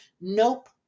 Nope